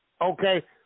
Okay